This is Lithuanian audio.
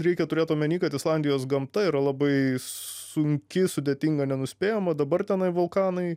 reikia turėti omeny kad islandijos gamta yra labai sunki sudėtinga nenuspėjama dabar tenai vulkanai